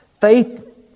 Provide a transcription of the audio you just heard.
Faith